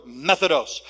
Methodos